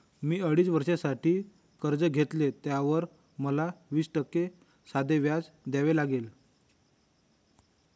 मी अडीच वर्षांसाठी कर्ज घेतले, त्यावर मला वीस टक्के साधे व्याज द्यावे लागले